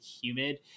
humid